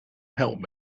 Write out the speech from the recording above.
help